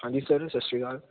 ਹਾਂਜੀ ਸਰ ਸਤਿ ਸ਼੍ਰੀ ਅਕਾਲ